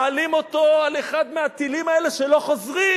מעלים אותו על אחד מהטילים האלה שלא חוזרים,